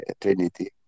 Trinity